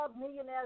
Millionaires